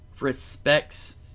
respects